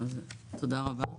תודה רבה.